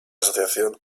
asociación